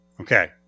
Okay